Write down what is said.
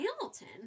Hamilton